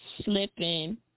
slipping